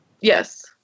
Yes